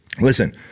Listen